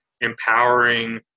empowering